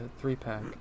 three-pack